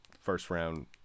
first-round